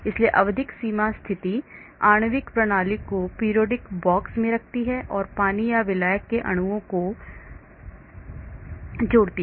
इसलिए आवधिक सीमा स्थिति आणविक प्रणाली को periodic box में रखती है और पानी या विलायक के अणुओं को जोड़ती है